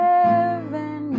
Heaven